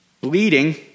bleeding